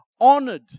honored